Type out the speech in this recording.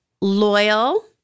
loyal